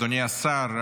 אדוני השר,